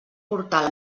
portal